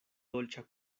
dolĉa